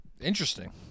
interesting